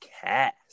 cast